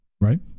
right